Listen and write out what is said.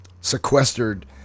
sequestered